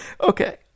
Okay